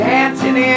Dancing